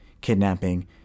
kidnapping